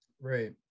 Right